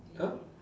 !huh!